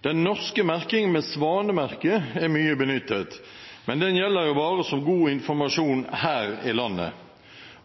Den norske merkingen med Svanemerket er mye benyttet, men den gjelder bare som god informasjon her i landet.